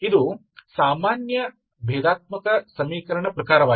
ಇದು ಸಾಮಾನ್ಯ ಭೇದಾತ್ಮಕ ಸಮೀಕರಣ ಪ್ರಕಾರವಾಗಿದೆ